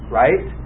right